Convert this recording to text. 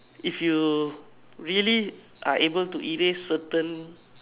if you really are able to erase certain